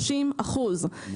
30 אחוזים.